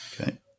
Okay